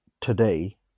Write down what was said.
today